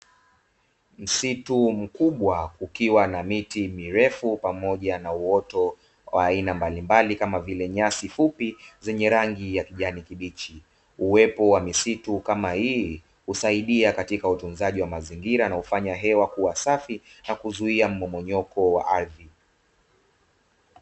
Msitu mkubwa ukiwa na miti mirefu pamoja na uwoto wa aina mbalimbali kama vile nyasi fupi zenye rangi ya kijani kibichi, uwepo wa misitu kama hii husaidia katika utunzaji wa mazingira na hufanya hewa kuwa safi na kuzuia mmomonyoko wa ardhi.